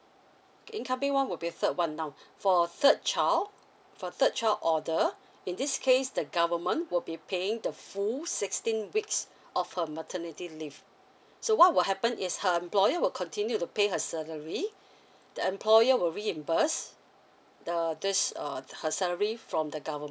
incoming one will be the third one now for third child for third child order in this case the government will be paying the full sixteen weeks of her maternity leave so what will happen is her employer will continue to pay her salary the employer will reimburse the this uh her salary from the government